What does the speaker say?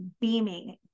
beaming